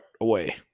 away